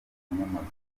nyamagabe